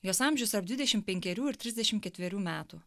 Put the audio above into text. jos amžius tarp dvidešim penkerių ir trisdešim ketverių metų